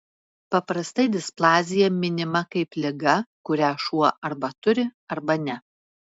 paprastai displazija minima kaip liga kurią šuo arba turi arba ne